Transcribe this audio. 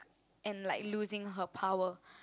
and like losing her power